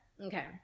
Okay